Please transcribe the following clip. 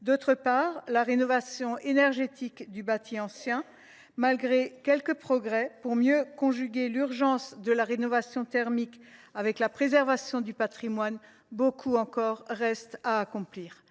relatif à la rénovation énergétique du bâti ancien : malgré quelques progrès visant à mieux conjuguer l’urgence de la rénovation thermique avec la préservation du patrimoine, beaucoup reste encore à accomplir